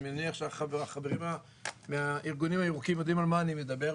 אני מניח שהחברים מהארגונים הירוקים יודעים על מה אני מדבר,